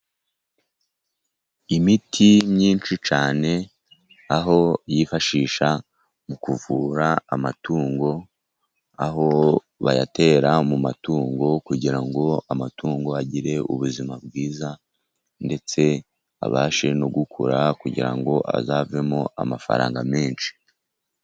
Imiti myinshi cyane aho yifashisha mu kuvura amatungo aho bayatera mu matungo kugira ngo amatungo agire ubuzima bwiza ndetse abashe no gukura kugira ngo azavemo amafaranga menshi.